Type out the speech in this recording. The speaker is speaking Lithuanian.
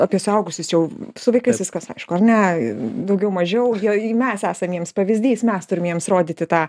apie suaugusius jau su vaikais viskas aišku ar ne daugiau mažiau joj mes esam jiems pavyzdys mes turim jiems rodyti tą